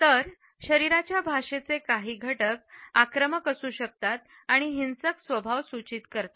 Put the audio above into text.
तर शरीराच्या भाषेचे काही घटक आक्रमक असू शकतात आणि हिंसक स्वभाव सूचित करतात